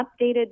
updated